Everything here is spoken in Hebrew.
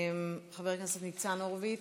נוכח, חבר הכנסת ניצן הורוביץ,